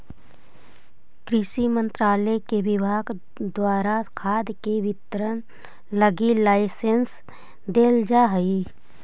कृषि मंत्रालय के विभाग द्वारा खाद के वितरण लगी लाइसेंस देल जा हइ